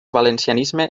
valencianisme